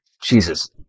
Jesus